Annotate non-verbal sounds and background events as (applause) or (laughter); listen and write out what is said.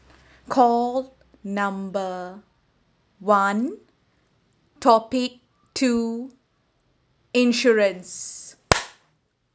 call number one topic two insurance (noise)